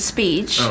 Speech